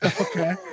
Okay